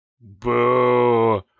Boo